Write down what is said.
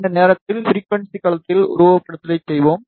இந்த நேரத்தில் ஃபிரிகுவன்ஸி களத்தில் உருவகப்படுத்துதலை செய்வோம்